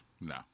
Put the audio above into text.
no